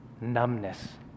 Numbness